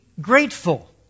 grateful